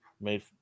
Made